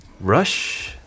rush